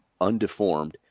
undeformed